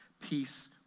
peace